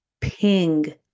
ping